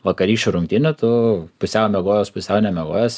vakarykščių rungtynių tu pusiau miegojęs pusiau nemiegojęs